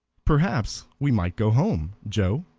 perhaps we might go home, joe,